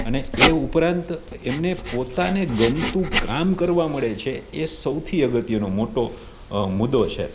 અને એ ઉપરાંત એમને પોતાને ગમતું કામ કરવાં મળે છે એ સૌથી અગત્યનો મોટો મુદ્દો છે